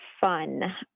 fun